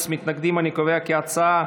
הצבעה.